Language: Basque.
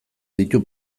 ditu